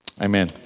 amen